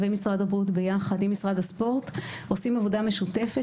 ומשרד הבריאות ביחד עם משרד הספורט עושים עבודה משותפת